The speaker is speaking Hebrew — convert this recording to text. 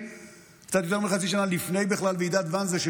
קצת יותר מחצי שנה לפני ועידת ואנזה בכלל,